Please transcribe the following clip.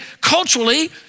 culturally